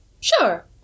Sure